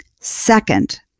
Second